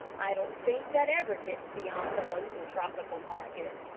i don't think that ever gets beyond the local tropical market.